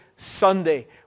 Sunday